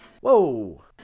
Whoa